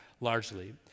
largely